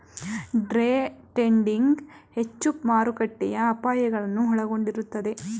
day trading ಹೆಚ್ಚು ಮಾರುಕಟ್ಟೆಯ ಅಪಾಯಗಳನ್ನು ಒಳಗೊಂಡಿರುತ್ತದೆ